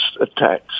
attacks